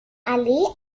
allee